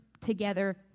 together